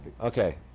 Okay